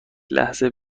لحظه